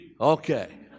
Okay